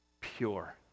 pure